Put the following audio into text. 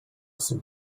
soup